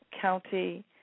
county